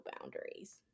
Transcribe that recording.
boundaries